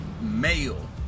male